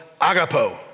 Agapo